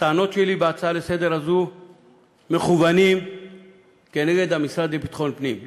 הטענות שלי בהצעה לסדר-יום הזו מכוונות כנגד המשרד לביטחון פנים.